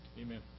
Amen